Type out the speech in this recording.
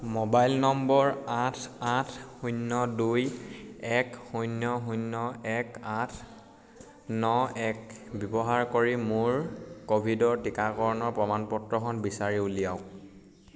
mobile নম্বৰ আঠ আঠ শূন্য দুই এক শূন্য শূন্য এক আঠ ন এক ব্যৱহাৰ কৰি মোৰ ক'ভিডৰ টীকাকৰণৰ প্ৰমাণ পত্ৰখন বিচাৰি উলিয়াওক